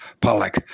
Pollock